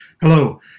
hello